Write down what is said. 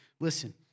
Listen